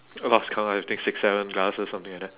I lost count lah I think six seven glasses something like that